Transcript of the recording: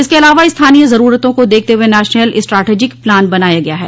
इसके अलावा स्थानोय जरूरतों को देखते हुए नेशनल स्टैटजिक प्लान बनाया गया है